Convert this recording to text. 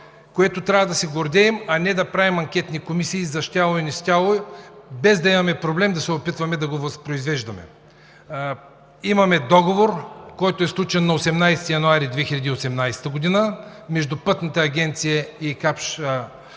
това трябва да се гордеем, а не да правим анкетни комисии за щяло и нещяло и без да имаме проблем, да се опитваме да го възпроизвеждаме. Имаме договор, сключен на 18 януари 2018 г., между Пътната агенция и „Капш